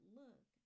look